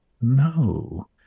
no